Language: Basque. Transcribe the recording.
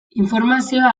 informazioa